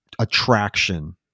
attraction